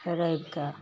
रविके